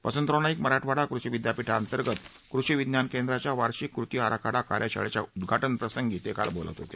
वसंतराव नाईक मराठवाडा कृषि विद्यापीठांतर्गत कृषि विज्ञान केंद्राच्या वार्षिक कृती आराखडा कार्यशाळेच्या उदघाटन प्रसंगी ते काल बोलत होते